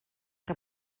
que